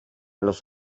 los